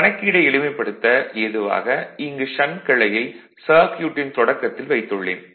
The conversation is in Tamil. கணக்கீடை எளிமைப்படுத்த ஏதுவாக இங்கு ஷண்ட் கிளையை சர்க்யூட்டின் தொடக்கத்தில் வைத்துள்ளேன்